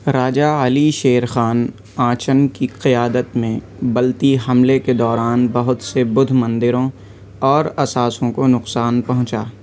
راجہ علی شیر خان آنچن کی قیادت میں بلتی حملے کے دوران بہت سے بدھ مندروں اور اساسوں کو نقصان پہنچا